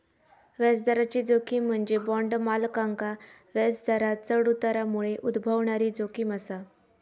व्याजदराची जोखीम म्हणजे बॉण्ड मालकांका व्याजदरांत चढ उतारामुळे उद्भवणारी जोखीम असा